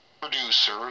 producer